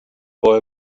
boy